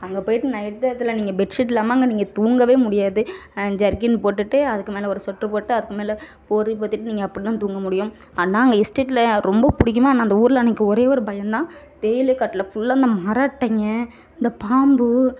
அங்கே போயிவிட்டு நைட் நேரத்தில் நீங்கள் பெட்ஷீட் இல்லாமல் அங்கே நீங்கள் தூங்கவே முடியாது ஜர்கின் போட்டுட்டு அதுக்கு மேலே ஒரு சொட்ரு போட்டு அதுக்கு மேலே போர்வையும் போர்த்திட்டு நீங்கள் அப்படி தான் தூங்க முடியும் ஆனால் அங்கே எஸ்டேட்டில் ரொம்ப பிடிக்கும் ஆனால் அந்த ஊரில் அன்னக்கு ஒரே ஒரு பயம் தான் தேயிலை காட்டில் ஃபுல்லாக அந்த மர அட்டைங்க இந்த பாம்பு